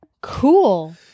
Cool